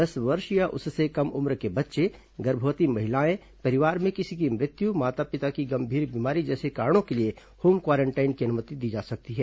दस वर्ष या उससे कम उम्र के बच्चे गर्भवती महिलाएं परिवार में किसी की मृत्यु माता पिता की गंभीर बीमारी जैसे कारणों के लिए होम क्वारांटीन की अनुमति दी जा सकती है